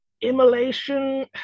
Immolation